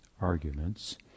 arguments